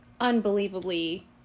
unbelievably